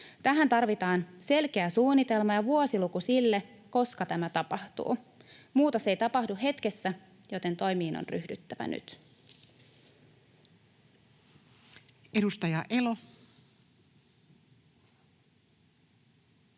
Tähän tarvitaan selkeä suunnitelma ja vuosiluku sille, koska tämä tapahtuu. Muutos ei tapahdu hetkessä, joten toimiin on ryhdyttävä nyt. Edustaja Elo.